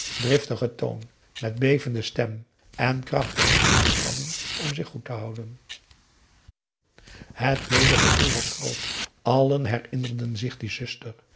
driftigen toon met bevende stem en een krachtige inspanning om zich goed te houden p a daum hoe hij raad van indië werd onder ps maurits het medegevoel was groot allen herinnerden zich die zuster